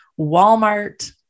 Walmart